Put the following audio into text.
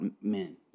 men